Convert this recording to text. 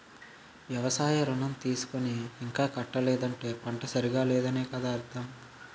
వ్యవసాయ ఋణం తీసుకుని ఇంకా కట్టలేదంటే పంట సరిగా లేదనే కదా అర్థం